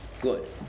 good